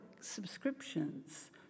subscriptions